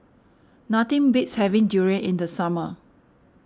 nothing beats having durian in the summer